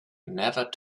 never